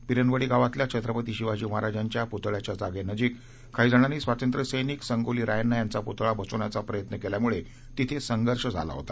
पिरनवडी गावातल्या छत्रपती शिवाजी महाराजांच्या पुतळयाच्या जागे नजिक काही जणांनी स्वातंत्र्य सैनिक संगोली रायन्ना यांचा पुतळा बसवण्याचा प्रयत्न केल्यामुळे तिथे संघर्ष झाला होता